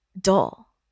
dull